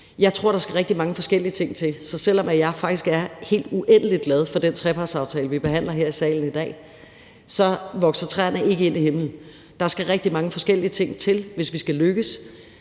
Jeg tror, at der skal rigtig mange forskellige ting til, så selv om jeg faktisk er helt uendelig glad for den trepartsaftale, vi behandler her i salen i dag, så vokser træerne ikke ind i himlen. Der skal rigtig mange forskellige ting til, hvis vi skal lykkes,